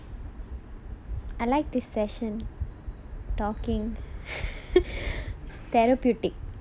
I like this session talking therapeutic